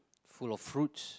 full of fruits